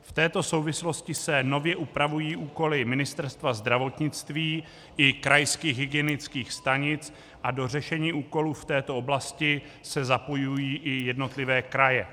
V této souvislosti se nově upravují úkoly Ministerstva zdravotnictví i krajských hygienických stanic a do řešení úkolu v této oblasti se zapojují i jednotlivé kraje.